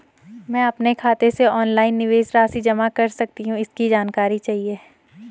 मैं अपने खाते से ऑनलाइन निवेश राशि जमा कर सकती हूँ इसकी जानकारी चाहिए?